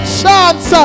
chance